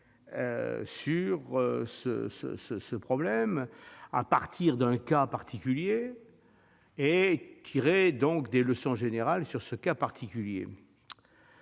sur ce problème à partir d'un cas particulier et, donc, tirer des leçons générales de ce cas particulier